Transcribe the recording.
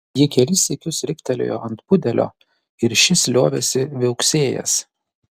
ji kelis sykius riktelėjo ant pudelio ir šis liovėsi viauksėjęs